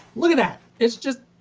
look at that! it's just,